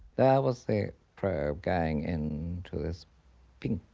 there was the probe going in to this pink